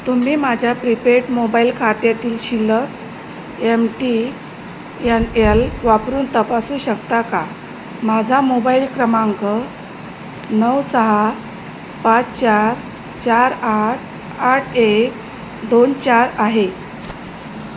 तुम्ही माझ्या prepaid mobile खात्यातील शिल्लक एम टी यन एल वापरून तपासू शकता का माझा मोबाईल क्रमांक नऊ सहा पाच चार चार आठ आठ एक दोन चार आहे